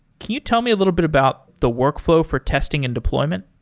can you tell me a little bit about the workflow for testing and deployment?